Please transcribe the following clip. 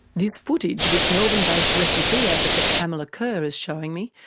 this footage, which melbourne-based refugee advocate pamela curr is showing me,